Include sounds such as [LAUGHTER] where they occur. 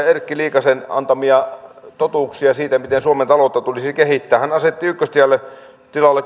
[UNINTELLIGIBLE] erkki liikasen antamia totuuksia siitä miten suomen taloutta tulisi kehittää ja hän asetti ykköstilalle